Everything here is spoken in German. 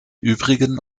übrigen